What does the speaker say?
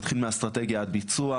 מתחיל מהאסטרטגיה עד ביצוע,